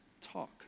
talk